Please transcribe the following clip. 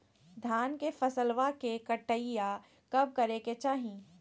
धान के फसलवा के कटाईया कब करे के चाही?